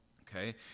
okay